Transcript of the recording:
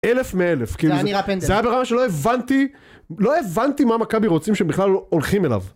אלף מאלף, זה היה ברמה שלא הבנתי מה מכבי רוצים שהם בכלל הולכים אליו.